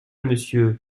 monsieur